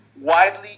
widely